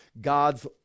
God's